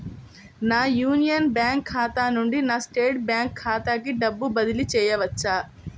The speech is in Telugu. నా యూనియన్ బ్యాంక్ ఖాతా నుండి నా స్టేట్ బ్యాంకు ఖాతాకి డబ్బు బదిలి చేయవచ్చా?